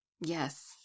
yes